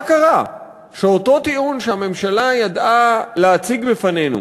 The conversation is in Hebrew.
מה קרה שאותו טיעון שהממשלה ידעה להציג בפנינו